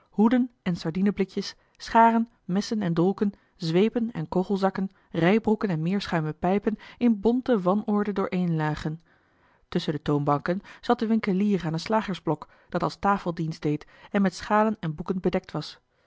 hoeden en sardineblikjes scharen messen en dolken zweepen en kogelzakken rijbroeken en meerschuimen pijpen in bonte wanorde dooreen lagen tusschen de toonbanken zat de winkelier aan een slagersblok dat als tafel dienst deed en met schalen en boeken bedekt was